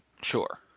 Sure